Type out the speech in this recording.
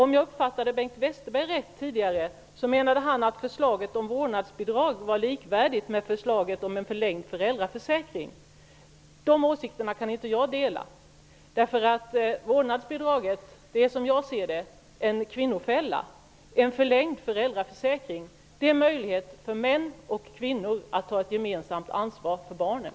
Om jag uppfattade Bengt Westerberg rätt tidigare menade han att förslaget om vårdnadsbidrag var likvärdigt med förslaget om en förlängd föräldraförsäkring. De åsikterna kan inte jag dela. Vårdnadsbidraget är, som jag ser det, en kvinnofälla. En förlängd föräldraförsäkring ger möjlighet för män och kvinnor att ta ett gemensamt ansvar för barnen.